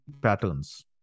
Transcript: patterns